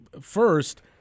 first